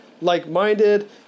like-minded